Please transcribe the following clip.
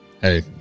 Hey